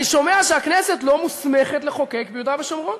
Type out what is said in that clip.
אני שומע שהכנסת לא מוסמכת לחוקק ביהודה ושומרון